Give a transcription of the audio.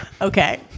Okay